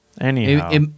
Anyhow